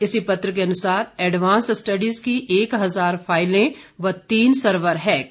इसी पत्र के अनुसार एडवांस स्टडीज की एक हजार फाइलें व तीन सर्वर हैक